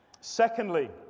Secondly